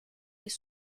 des